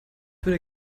würde